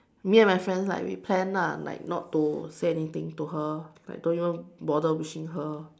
me and my friends like we plan ah like not to say anything to her like don't even bother wishing her